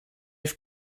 have